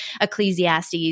Ecclesiastes